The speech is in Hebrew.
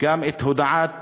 את הודעת